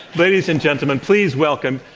ladies and gentlemen please welcome,